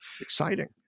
exciting